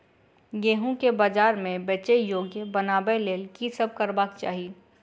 गेंहूँ केँ बजार मे बेचै योग्य बनाबय लेल की सब करबाक चाहि?